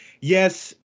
yes